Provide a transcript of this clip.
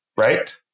right